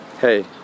hey